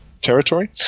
territory